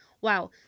Wow